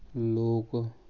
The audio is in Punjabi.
ਲੋਕ